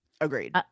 agreed